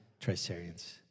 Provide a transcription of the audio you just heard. Tricerians